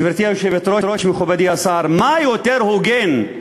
גברתי היושבת-ראש, מכובדי השר, מה יותר הוגן,